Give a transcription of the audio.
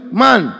man